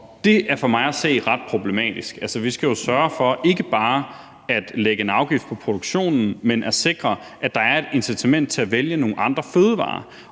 det er for mig at se ret problematisk. Altså, vi skal jo sørge for ikke bare at lægge en afgift på produktionen, men sikre, at der er et incitament til at vælge nogle andre fødevarer.